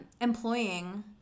employing